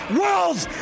world's